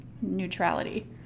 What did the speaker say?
neutrality